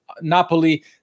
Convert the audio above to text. Napoli